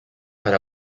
per